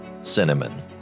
cinnamon